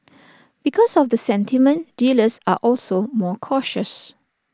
because of the sentiment dealers are also more cautious